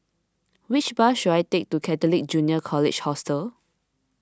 which bus should I take to Catholic Junior College Hostel